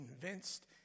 convinced